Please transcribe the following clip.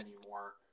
anymore